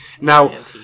Now